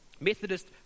Methodist